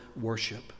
worship